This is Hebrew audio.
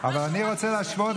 מה שהוא מכניס